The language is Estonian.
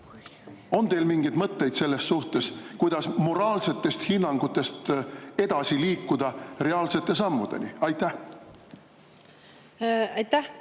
On teil mingeid mõtteid selles suhtes, kuidas moraalsetest hinnangutest edasi liikuda reaalsete sammudeni? Aitäh! See